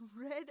red